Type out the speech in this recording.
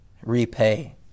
repay